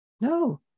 No